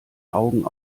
augen